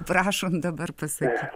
prašom dabar pasakyt